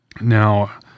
Now